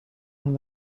one